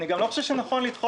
אני גם לא חושב שנכון לדחות.